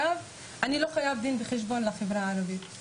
אני לא חייב דין וחשבון לחברה הערבית.